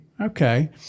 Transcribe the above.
okay